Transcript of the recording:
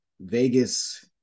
Vegas